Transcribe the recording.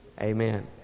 Amen